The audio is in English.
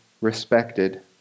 respected